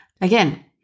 Again